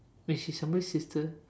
wait she is somebody's sister